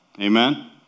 Amen